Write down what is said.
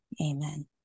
Amen